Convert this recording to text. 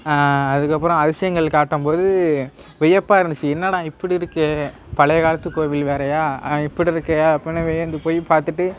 அதுக்கப்புறம் அதிசயங்கள் காட்டும் போது வியப்பாக இருந்துச்சு என்னடா இப்படி இருக்கு பழைய காலத்து கோவில் வேறயா ஆனால் இப்படி இருக்கு அப்படினு வியந்து போய் பார்த்துட்டு